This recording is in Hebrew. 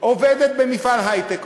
עובדת במפעל היי-טק,